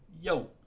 yo